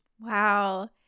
Wow